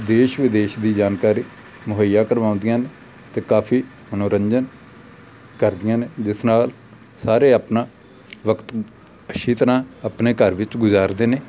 ਦੇਸ਼ ਵਿਦੇਸ਼ ਦੀ ਜਾਣਕਾਰੀ ਮੁਹੱਈਆ ਕਰਵਾਉਂਦੀਆਂ ਹਨ ਅਤੇ ਕਾਫ਼ੀ ਮਨੋਰੰਜਨ ਕਰਦੀਆਂ ਨੇ ਜਿਸ ਨਾਲ ਸਾਰੇ ਆਪਣਾ ਵਕਤ ਅੱਛੀ ਤਰ੍ਹਾਂ ਆਪਣੇ ਘਰ ਵਿੱਚ ਗੁਜ਼ਾਰਦੇ ਨੇ